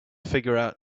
figure